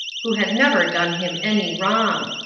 who had never done him any wrong,